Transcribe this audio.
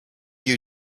you